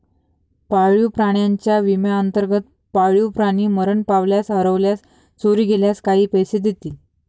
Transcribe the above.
पाळीव प्राण्यांच्या विम्याअंतर्गत, पाळीव प्राणी मरण पावल्यास, हरवल्यास, चोरी गेल्यास काही पैसे देतील